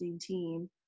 team